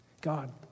God